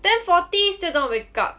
ten forty still don't want to wake up